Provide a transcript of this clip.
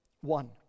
one